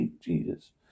Jesus